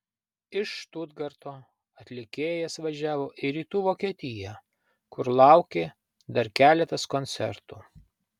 iš štutgarto atlikėjas važiavo į rytų vokietiją kur laukė dar keletas koncertų